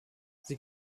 sie